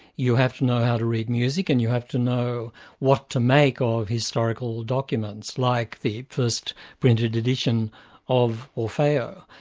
you have to know how to read music, and you have to know what to make of historical documents, like the first rendered edition of l'orfeo.